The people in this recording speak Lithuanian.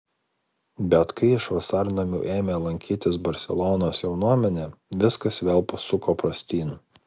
bet kai iš vasarnamių ėmė lankytis barselonos jaunuomenė viskas vėl pasuko prastyn